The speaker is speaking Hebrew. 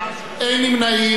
אין נמנעים.